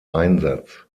einsatz